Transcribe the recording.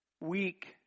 weak